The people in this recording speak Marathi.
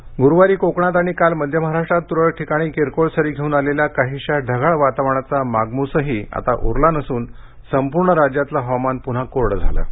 हवामान गुरूवारी कोकणात आणि काल मध्य महाराष्ट्रात तुरळक ठिकाणी किरकोळ सरी घेऊन आलेल्या काहिशा ढगाळ वातावरणाचा मागमूसही आता उरला नसून संपूर्ण राज्यातलं हवामान पुन्हा कोरडं झालं आहे